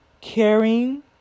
caring